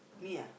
me ah